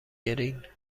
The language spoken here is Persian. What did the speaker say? گرین